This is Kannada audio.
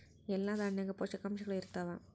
ಎಲ್ಲಾ ದಾಣ್ಯಾಗ ಪೋಷಕಾಂಶಗಳು ಇರತ್ತಾವ?